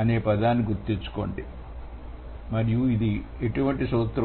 అనే పదాన్ని గుర్తుంచుకోండి మరియు అది ఎటువంటి సూత్రం